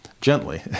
gently